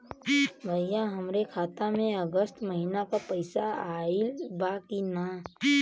भईया हमरे खाता में अगस्त महीना क पैसा आईल बा की ना?